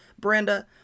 Brenda